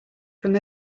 from